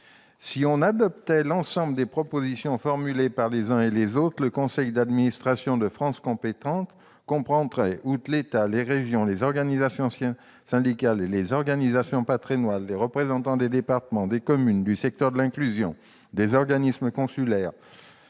Si l'on adoptait l'ensemble des propositions formulées par les uns et les autres, le conseil d'administration de France compétences comprendrait, outre l'État, les régions, les organisations syndicales et les organisations patronales, des représentants des départements, des communes, du secteur de l'inclusion, des organismes consulaires,